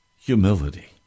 humility